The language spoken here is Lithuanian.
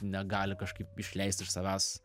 negali kažkaip išleist iš savęs